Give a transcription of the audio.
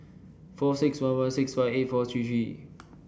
four six one one six five eight four three three